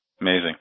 amazing